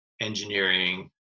engineering